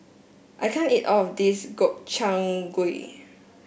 I can't eat all of this Gobchang Gui